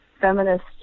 feminist